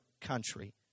country